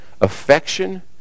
Affection